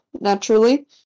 naturally